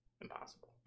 impossible